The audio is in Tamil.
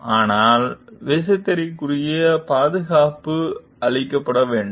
ஆனால் விசைத்தறிக்கும் பாதுகாப்பு அளிக்க வேண்டும்